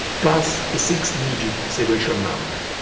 plus a six digit sequential number.